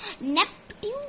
Neptune